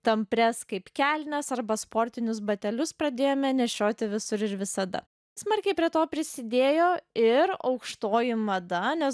tamprias kaip kelnes arba sportinius batelius pradėjome nešioti visur ir visada smarkiai prie to prisidėjo ir aukštoji mada nes